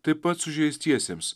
taip pat sužeistiesiems